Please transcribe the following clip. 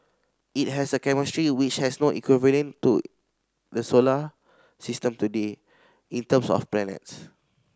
it has a chemistry which has no equivalent to the solar system today in terms of planets